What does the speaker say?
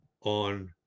on